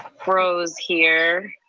froze here.